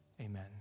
Amen